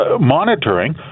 monitoring